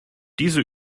diese